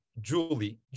Julie